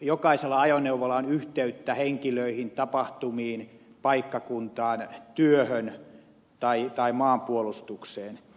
jokaisella ajoneuvolla on yhteyttä henkilöihin tapahtumiin paikkakuntaan työhön tai maanpuolustukseen